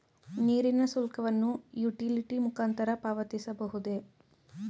ನೀರಿನ ಶುಲ್ಕವನ್ನು ಯುಟಿಲಿಟಿ ಮುಖಾಂತರ ಪಾವತಿಸಬಹುದೇ?